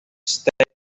state